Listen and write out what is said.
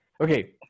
Okay